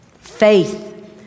faith